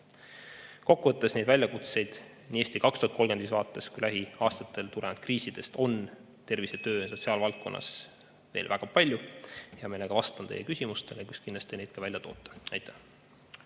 Kokku võttes neid väljakutseid nii "Eesti 2035" vaates kui ka lähiaastatel tulenenud kriisidest on tervise-, töö- ja sotsiaalvaldkonnas veel väga palju. Hea meelega vastan teie küsimustele, kus te kindlasti neid ka välja toote. Aitäh!